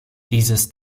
dieses